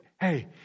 hey